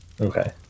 Okay